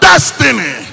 destiny